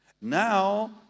Now